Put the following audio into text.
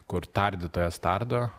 kur tardytojas tardo